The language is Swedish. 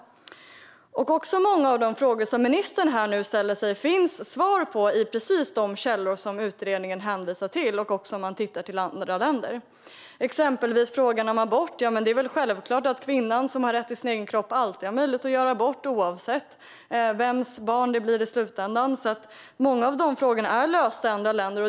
Många av de frågor som ministern här nu ställer sig finns det svar på i precis de källor som utredningen hänvisar till och också om man ser på andra länder. När det exempelvis gäller frågan abort är det väl självklart att kvinnan, som har rätt till sin egen kropp, alltid har möjlighet att göra abort oavsett vems barn det blir i slutändan. Många av dessa frågor är lösta i andra länder.